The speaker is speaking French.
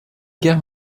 guerre